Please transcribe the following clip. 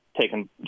taken